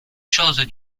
choses